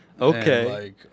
Okay